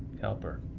help her.